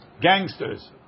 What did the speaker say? gangsters